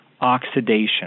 oxidation